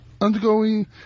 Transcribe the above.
undergoing